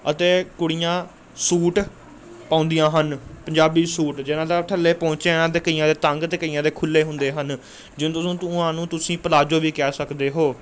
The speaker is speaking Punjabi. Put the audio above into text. ਅਤੇ ਕੁੜੀਆਂ ਸੂਟ ਪਾਉਂਦੀਆਂ ਹਨ ਪੰਜਾਬੀ ਸੂਟ ਜਿਹਨਾਂ ਦਾ ਥੱਲੇ ਪੋਹਚਿਆ 'ਤੇ ਕਈਆਂ ਦੇ ਤੰਗ ਅਤੇ ਕਈਆਂ ਦੇ ਖੁੱਲ੍ਹੇ ਹੁੰਦੇ ਹਨ ਜਿੰਦੂ ਨੂੰ ਤੂਹਾਨੂੰ ਤੁਸੀਂ ਪਲਾਜੋ ਵੀ ਕਹਿ ਸਕਦੇ ਹੋ